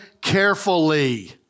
carefully